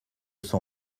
son